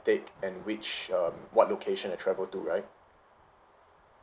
take and which um what location I travel to right